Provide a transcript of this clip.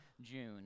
June